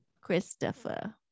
christopher